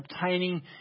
obtaining